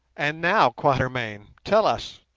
and now, quatermain, tell us,